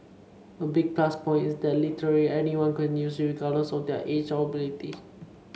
a big plus point is that literally anyone can use it regardless of their age or ability